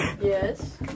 Yes